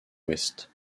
ouest